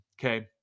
Okay